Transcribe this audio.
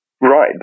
Right